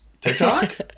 TikTok